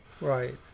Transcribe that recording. right